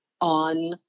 on